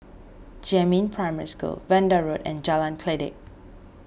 Jiemin Primary School Vanda Road and Jalan Kledek